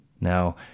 Now